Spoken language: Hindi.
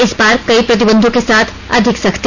इस बार कई प्रतिबंधों के साथ अधिक सख्ती